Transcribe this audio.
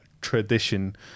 Tradition